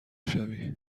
شوی